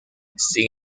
sin